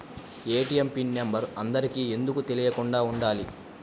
ATM pin number అందరికి ఎందుకు తెలియకుండా ఉండాలి?